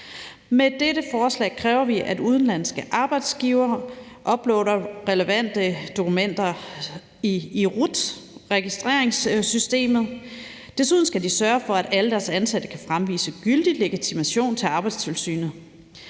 Med dette forslag kræver vi, at udenlandske arbejdsgivere uploader relevante dokumenter i RUT-registreringssystemet. Desuden skal de sørge for, at alle deres ansatte kan fremvise gyldig legitimation til Arbejdstilsynet.